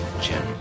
Jim